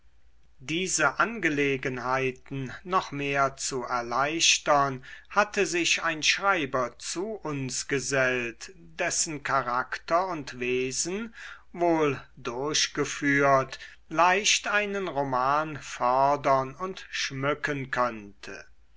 diese angelegenheiten noch mehr zu erleichtern hatte sich ein schreiber zu uns gesellt dessen charakter und wesen wohl durchgeführt leicht einen roman fördern und schmücken könnte